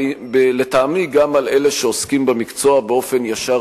ולטעמי גם על אלה שעוסקים במקצוע באופן ישר,